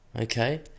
Okay